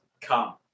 come